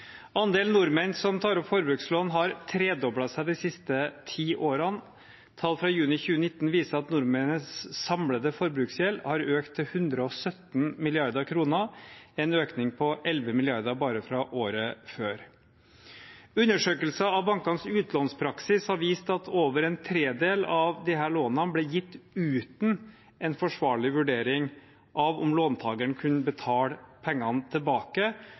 Andelen nordmenn som tar opp forbrukslån, har tredoblet seg de siste ti årene. Tall fra juni 2019 viser at nordmenns samlede forbruksgjeld har økt til 117 mrd. kr – en økning på 11 mrd. kr bare fra året før. Undersøkelser av bankenes utlånspraksis har vist at over en tredel av disse lånene ble gitt uten en forsvarlig vurdering av om låntakeren kunne betale pengene tilbake,